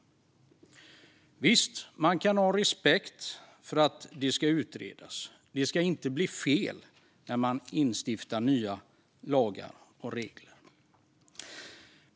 Visst kan man ha respekt för att det ska utredas. Det ska inte bli fel när man inför nya lagar och regler.